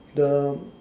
the